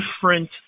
different